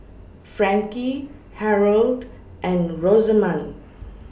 Frankie Harold and Rosamond